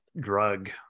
drug